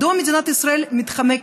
מדוע מדינת ישראל מתחמקת,